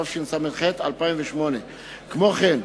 התשס"ח 2008. כמו כן,